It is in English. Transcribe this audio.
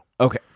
Okay